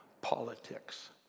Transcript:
politics